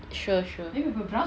sure sure